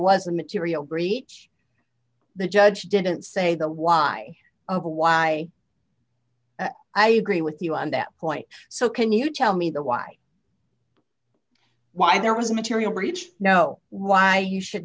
a material breach the judge didn't say the why or why i agree with you on that point so can you tell me the why why there was a material breach no why you should